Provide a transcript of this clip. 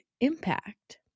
impact